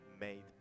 made